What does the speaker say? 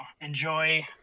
enjoy